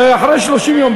ואחרי 30 יום,